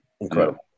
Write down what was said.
incredible